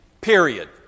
period